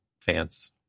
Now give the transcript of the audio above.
fans